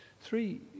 Three